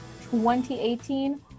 2018